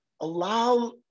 allow